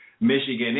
Michigan